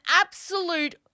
absolute